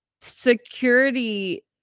security